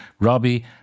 Robbie